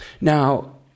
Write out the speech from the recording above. Now